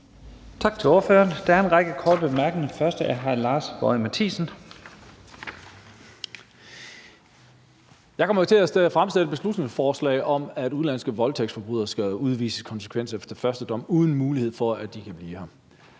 Tak til ordføreren. Der er en række korte bemærkninger. Den første er til hr. Lars Boje Mathiesen. Kl. 11:34 Lars Boje Mathiesen (UFG): Jeg kommer jo til at fremsætte et beslutningsforslag om, at udenlandske voldtægtsforbrydere skal udvises konsekvent efter første dom uden mulighed for, at de kan blive her.